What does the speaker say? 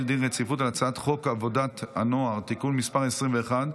דין רציפות על הצעת חוק עבודת הנוער (תיקון מס' 21)